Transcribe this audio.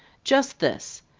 just this!